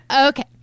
Okay